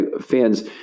fans